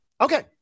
Okay